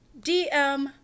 DM